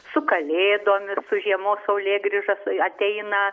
su kalėdomis su žiemos saulėgrįža su ateina